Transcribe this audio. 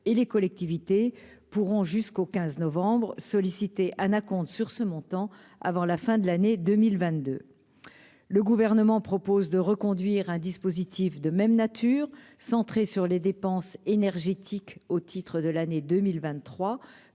et les collectivités pourront jusqu'au 15 novembre sollicité un acompte sur ce montant, avant la fin de l'année 2022, le gouvernement propose de reconduire un dispositif de même nature, centré sur les dépenses énergétiques au titre de l'année 2023